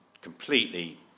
completely